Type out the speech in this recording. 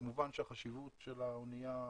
כמובן שהחשיבות של האנייה פוחתת,